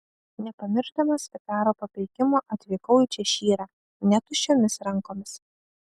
nepamiršdamas vikaro papeikimo atvykau į češyrą ne tuščiomis rankomis